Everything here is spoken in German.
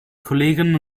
kolleginnen